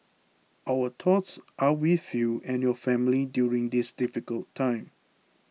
our thoughts are with you and your family during this difficult time